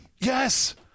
Yes